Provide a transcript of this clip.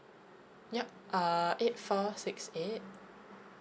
yup uh eight four six eight